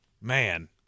man